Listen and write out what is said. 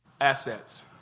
Assets